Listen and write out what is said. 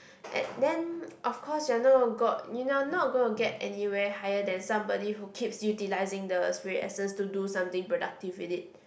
and then of course you're not gonna got you're not gonna get anywhere higher than somebody who keeps utilising the spirit essence to do something productive with it